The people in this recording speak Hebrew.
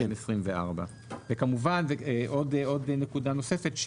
וכמובן עוד נקודה נוספת,